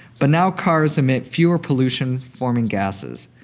but now cars emit fewer pollution-forming gases,